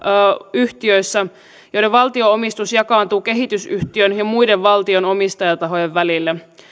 yhtiöissä joiden valtio omistus jakaantuu kehitysyhtiön ja muiden valtion omistajatahojen välille